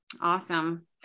Awesome